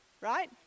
right